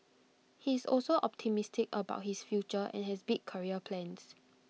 he is also optimistic about his future and has big career plans